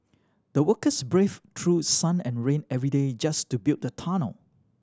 the workers braved through sun and rain every day just to build the tunnel